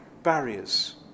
barriers